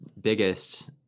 biggest